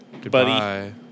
Goodbye